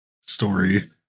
story